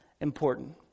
important